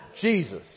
Jesus